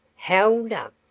held up!